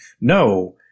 No